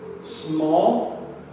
small